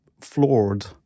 floored